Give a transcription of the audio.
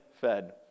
fed